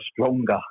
stronger